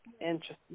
interesting